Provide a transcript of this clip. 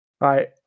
right